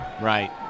Right